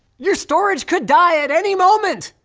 your storage could die at any moment!